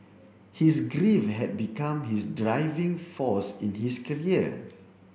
his grief had become his driving force in his career